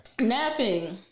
Napping